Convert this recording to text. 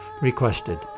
requested